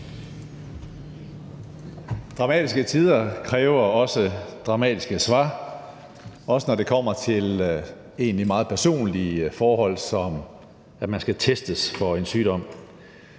Dramatiske tider kræver dramatiske svar, også når det kommer til egentlig meget personlige forhold som, at man skal testes for en sygdom.